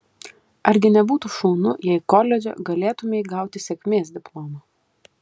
argi nebūtų šaunu jei koledže galėtumei gauti sėkmės diplomą